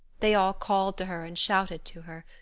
they all called to her and shouted to her.